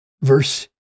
verse